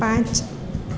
પાંચ